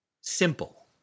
Simple